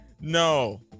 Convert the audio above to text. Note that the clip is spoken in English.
No